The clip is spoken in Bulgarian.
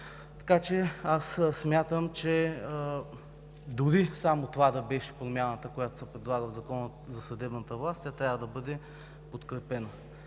Смятам, че дори само това да беше промяната, която се предлага в Закона за съдебната власт, тя трябва да бъде подкрепена.